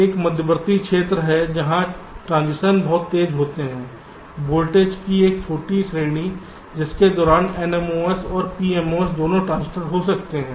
एक मध्यवर्ती क्षेत्र है जहाँ ट्रांजिशन बहुत तेज़ होते हैं वोल्टेज की एक छोटी श्रेणी जिसके दौरान NMOS और PMOS दोनों ट्रांजिस्टर हो सकते हैं